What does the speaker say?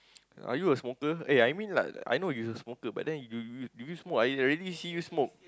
are you a smoker eh I mean like I know you smoker but then you you you do you smoke I I already see you smoke